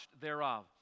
thereof